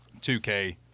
2K